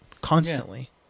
constantly